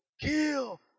Kill